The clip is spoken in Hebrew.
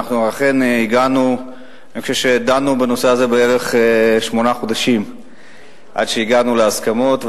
אני חושב שדנו בנושא הזה בערך שמונה חודשים עד שהגענו להסכמות,